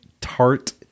tart